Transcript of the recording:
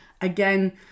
again